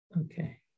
Okay